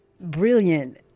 brilliant